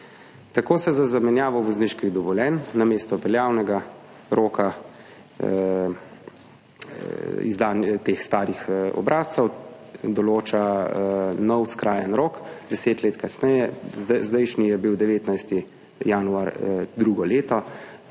Tako se za zamenjavo vozniških dovoljenj namesto veljavnega roka izdanj teh starih obrazcev določa nov skrajen rok, 10 let kasneje, zdajšnji je bil 19. januar drugo leto,